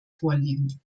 vorliegen